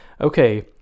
okay